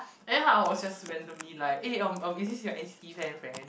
then I was just randomly like eh um um is this your N_C_T fan friend